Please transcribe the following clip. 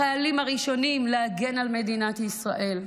החיילים הראשונים להגן על מדינת ישראל.